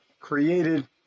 created